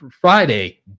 Friday